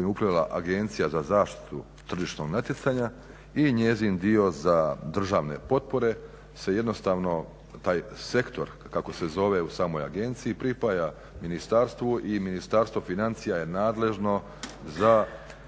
je upravljala Agencija za zaštitu tržišnog natjecanja i njezin dio za državne potpore se jednostavno taj sektor kako se zove u samoj agenciji pripaja ministarstvu i Ministarstvo financija je nadležno za